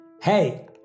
Hey